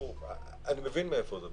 אני מבין מאיפה זה בא.